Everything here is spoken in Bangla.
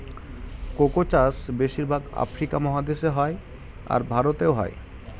কোকো চাষ বেশির ভাগ আফ্রিকা মহাদেশে হয়, আর ভারতেও হয়